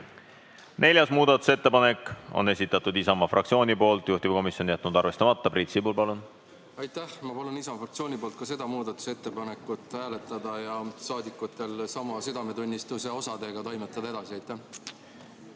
Neljas muudatusettepanek on esitatud Isamaa fraktsiooni poolt, juhtivkomisjon on jätnud arvestamata. Priit Sibul, palun! Aitäh! Ma palun Isamaa fraktsiooni nimel ka seda muudatusettepanekut hääletada ja saadikutel samamoodi südametunnistusega edasi toimetada. Aitäh!